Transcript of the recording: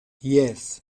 jes